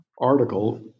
article